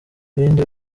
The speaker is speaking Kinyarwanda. ibindi